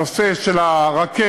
הנושא של הרכבת,